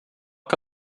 que